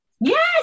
Yes